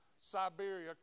Siberia